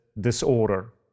disorder